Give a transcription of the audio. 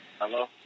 Hello